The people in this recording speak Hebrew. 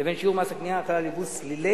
לבין שיעור מס הקנייה החל על יבוא סלילי